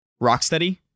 Rocksteady